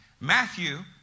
Matthew